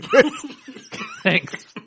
Thanks